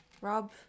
Rob